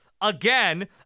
Again